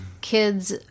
kids